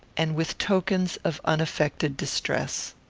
and with tokens of unaffected distress.